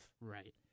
Right